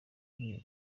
queen